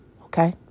Okay